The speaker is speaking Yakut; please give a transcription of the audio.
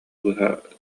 быһа